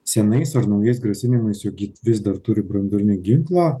senais ar naujais grasinimais juk ji vis dar turi branduolinį ginklą